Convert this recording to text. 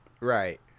Right